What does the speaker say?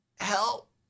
Help